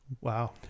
Wow